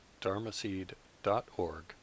dharmaseed.org